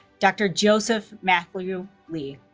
dr. joseph matthew lee